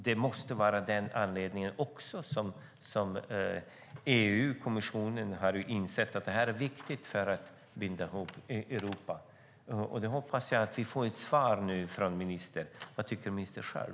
Det måste vara anledningen till att EU-kommissionen har insett att det här är viktigt för att binda ihop Europa. Jag hoppas att vi nu får ett svar från ministern: Vad tycker ministern själv?